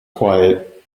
quiet